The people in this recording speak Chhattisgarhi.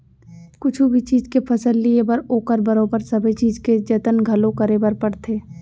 कुछु भी चीज के फसल लिये बर ओकर बरोबर सबे चीज के जतन घलौ करे बर परथे